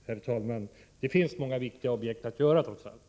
Herr talman! Det finns många viktiga objekt att fullfölja, trots allt.